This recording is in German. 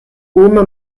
oma